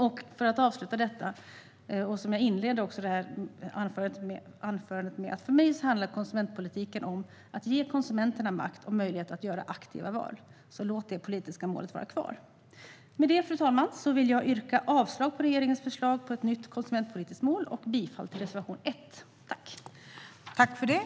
Låt mig avsluta med att upprepa att för mig handlar konsumentpolitik om att ge konsumenterna makt och möjlighet att göra aktiva val. Låt det vara vårt konsumentpolitiska mål. Fru talman! Jag yrkar avslag på regeringens förslag till ett nytt konsumentpolitiskt mål och bifall till reservation 1.